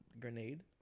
grenade